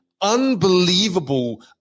unbelievable